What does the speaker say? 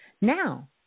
Now